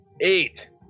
Eight